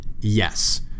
Yes